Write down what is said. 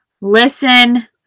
Listen